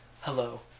Hello